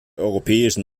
europäischen